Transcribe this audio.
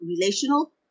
relational